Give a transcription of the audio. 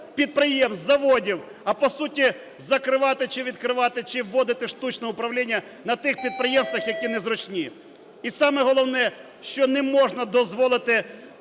підприємств, заводів, а, по суті, закривати чи відкривати, чи вводити штучне управління на тих підприємствах, які незручні. І саме головне – що не можна дозволити